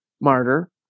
Martyr